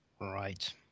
Right